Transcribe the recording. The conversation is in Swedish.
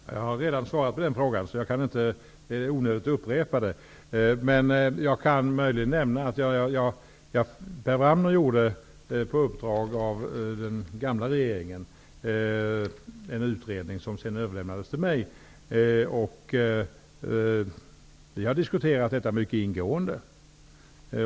Herr talman! Jag har redan svarat på den frågan, och det är onödigt att jag upprepar mig. Men jag kan nämna att Per Wramner gjorde en utredning på uppdrag av den gamla regeringen, och denna utredning överlämnades senare till mig. Vi har diskuterat detta mycket ingående.